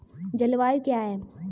जलवायु क्या है?